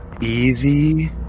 Easy